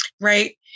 Right